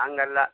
ಹಾಗಲ್ಲ